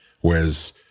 Whereas